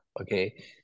okay